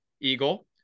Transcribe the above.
Eagle